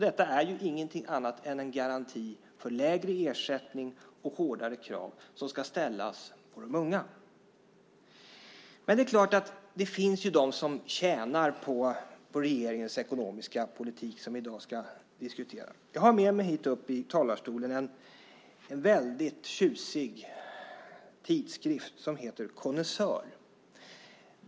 Det är ingenting annat än en garanti för lägre ersättning och hårdare krav som ska ställas på de unga. Men det är klart att det finns de som tjänar på regeringens ekonomiska politik som vi i dag ska diskutera. Jag har med mig hit upp i talarstolen en tjusig tidskrift som heter Connaisseur.